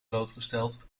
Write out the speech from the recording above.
blootgesteld